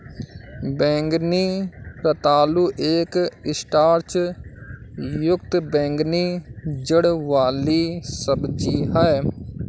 बैंगनी रतालू एक स्टार्च युक्त बैंगनी जड़ वाली सब्जी है